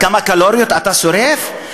כמה קלוריות אתה שורף?